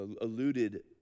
alluded